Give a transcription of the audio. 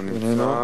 שלא נמצא,